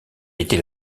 était